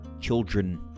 children